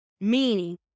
Meaning